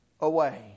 away